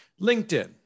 LinkedIn